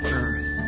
earth